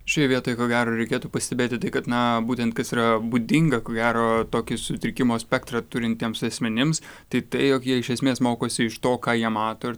šioje vietoje ko gero reikėtų pastebėti tai kad na būtent kas yra būdinga ko gero tokį sutrikimo spektrą turintiems asmenims tai tai jog jie iš esmės mokosi iš to ką jie mato ir